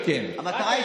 כן, אבל אתה לא,